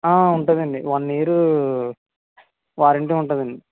ఉంటుందండి one year warranty ఉంటుందండి